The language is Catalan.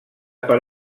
per